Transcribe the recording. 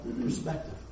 perspective